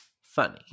funny